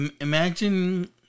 imagine